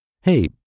hey